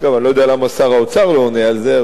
אני לא יודע למה שר האוצר לא עונה על זה.